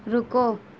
رکو